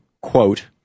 quote